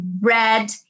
red